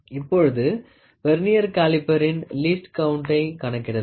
இப்பொழுது vernier calliper இன் least கவுண்ட்டை கணக்கிடலாம்